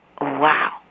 wow